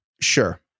Sure